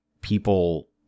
people